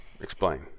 explain